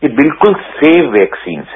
ये बिलकुल safe vaccine है